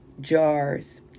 jars